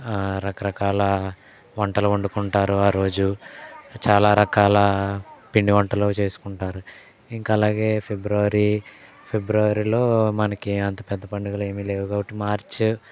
రకరకాల వంటలు వండుకుంటారు ఆ రోజు చాలా రకాల పిండివంటలు చేసుకుంటారు ఇంక అలాగే ఫిబ్రవరి ఫిబ్రవరిలో మనకి అంత పెద్ద పండుగలు ఏమి లేవు కాబట్టి మార్చు